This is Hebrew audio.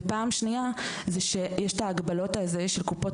הפעם שנייה זה שיש את ההגבלות של קופות